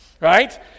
right